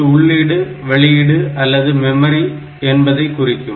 இது உள்ளீடு வெளியீடு அல்லது மெமரி என்பதை குறிக்கும்